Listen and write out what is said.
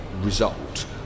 result